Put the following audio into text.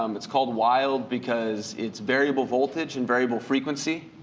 um it's called wild because it's variable voltage and variable frequency.